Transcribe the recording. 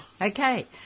Okay